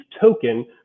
token